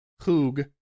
hoog